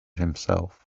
himself